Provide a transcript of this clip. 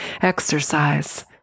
exercise